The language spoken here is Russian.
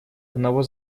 одного